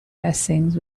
blessing